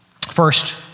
First